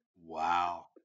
Wow